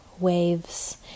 waves